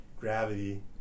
gravity